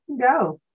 go